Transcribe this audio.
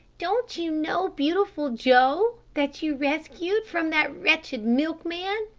don't you know beautiful joe, that you rescued from that wretched milkman?